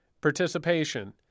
participation